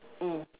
mm